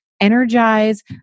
energize